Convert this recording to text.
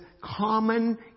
common